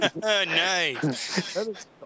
Nice